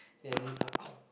then uh !ow!